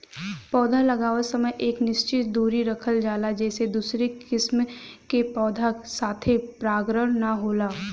पौधा लगावत समय एक निश्चित दुरी रखल जाला जेसे दूसरी किसिम के पौधा के साथे परागण ना होला